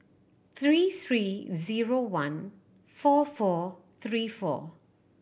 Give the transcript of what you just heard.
three three zero one four four three four